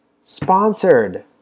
Sponsored